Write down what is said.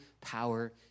power